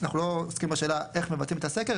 אנחנו לא עוסקים בשאלה איך מבצעים את הסקר,